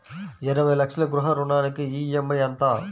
ఇరవై లక్షల గృహ రుణానికి ఈ.ఎం.ఐ ఎంత?